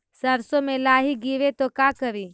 सरसो मे लाहि गिरे तो का करि?